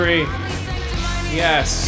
Yes